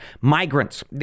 migrants